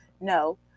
no